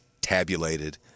tabulated